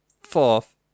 fourth